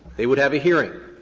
they would have a hearing,